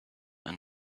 and